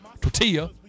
tortilla